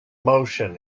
motion